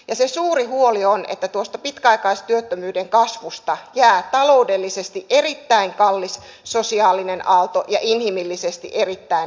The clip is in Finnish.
ja se suuri huoli on että tuosta pitkäaikaistyöttömyyden kasvusta jää taloudellisesti erittäin kallis sosiaalinen aalto ja inhimillisesti erittäin raskas